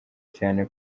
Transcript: cyane